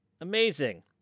Amazing